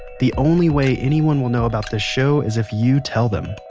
the only way anyone will know about this show is if you tell them.